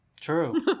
True